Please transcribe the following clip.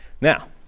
Now